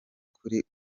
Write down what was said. kuri